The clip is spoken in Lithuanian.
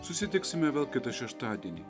susitiksime vėl kitą šeštadienį